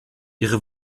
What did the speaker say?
ihre